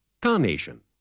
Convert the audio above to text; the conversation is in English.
Carnation